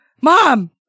mom